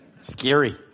Scary